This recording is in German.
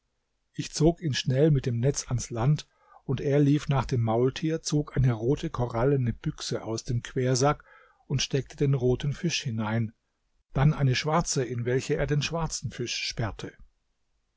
ich zog ihn schnell mit dem netz ans land und er lief nach dem maultier zog eine rote korallene büchse aus dem quersack und steckte den roten fisch hinein dann eine schwarze in welche er den schwarzen fisch sperrte